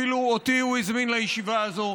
אפילו אותי הוא הזמין לישיבה הזאת.